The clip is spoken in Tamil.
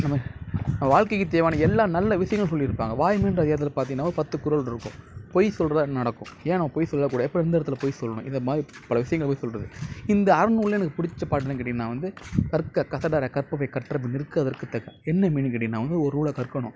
நம்ம வாழ்க்கைக்கு தேவையான எல்லா நல்ல விஷயங்களும் சொல்லியிருப்பாங்க வாய்மைகிற அதிகாரத்தில் பார்த்தீங்கன்னா ஒரு பத்து குறளிருக்கும் பொய் சொல்கிற என்ன நடக்கும் ஏன் நம்ம பொய் சொல்லக்கூடாது எப்போ எந்த இடத்துல பொய் சொல்லணும் இது மாதிரி பல விஷயங்கள பற்றி சொல்வது இந்த அறநூலில் எனக்கு பிடிச்ச பாட்டு என்னென்னு கேட்டீங்கன்னால் வந்து கற்க கசடற கற்பவை கற்றபின் நிற்க அதற்கு தக என்ன மீனிங் கேட்டீங்கன்னால் வந்து ஒரு நூலை கற்கணும்